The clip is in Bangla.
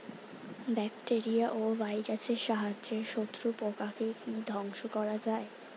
ব্যাকটেরিয়া ও ভাইরাসের সাহায্যে শত্রু পোকাকে কি ধ্বংস করা যায়?